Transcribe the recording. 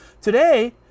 Today